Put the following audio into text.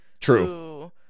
True